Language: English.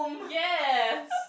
yes